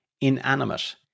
inanimate